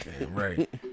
right